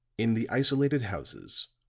in the isolated houses,